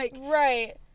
right